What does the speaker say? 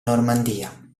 normandia